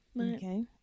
Okay